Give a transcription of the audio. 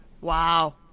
wow